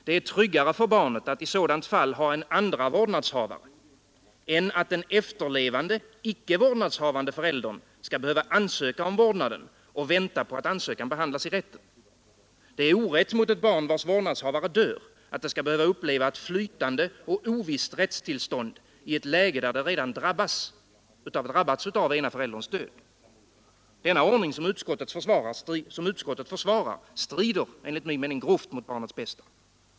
Det är tryggare för barnet att i sådant fall ha en andra vårdnadshavare än att den efterlevande icke vårdnadshavande föräldern skall behöva ansöka om vårdnaden och vänta på att ansökan behandlas i rätten. Det är orätt mot ett barn vars vårdnadshavare dör, att det skall behöva uppleva ett flytande och ovisst rättstillstånd i ett läge där det redan drabbats av ena förälderns död. Denna ordning, som utskottet försvarar, strider enligt min mening grovt mot barnets bästa.